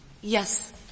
Yes